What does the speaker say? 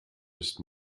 ist